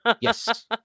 Yes